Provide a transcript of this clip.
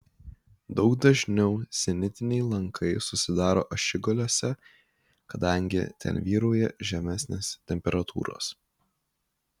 daug dažniau zenitiniai lankai susidaro ašigaliuose kadangi ten vyrauja žemesnės temperatūros